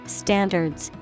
standards